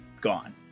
gone